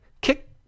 Kick